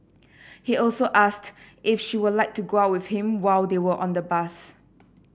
he also asked if she would like to go out with him while they were on the bus